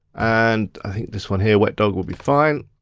and i think this one here, wet dog will be fine.